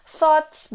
thoughts